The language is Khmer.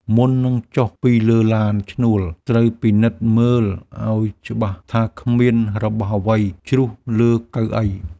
មុននឹងចុះពីលើឡានឈ្នួល ត្រូវពិនិត្យមើលឱ្យច្បាស់ថាគ្មានរបស់អ្វីជ្រុះលើកៅអី។